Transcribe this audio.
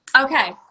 Okay